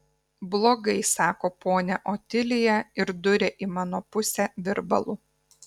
blogai sako ponia otilija ir duria į mano pusę virbalu